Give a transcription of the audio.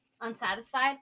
unsatisfied